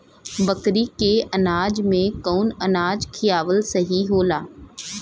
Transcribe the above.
बकरी के अनाज में कवन अनाज खियावल सही होला?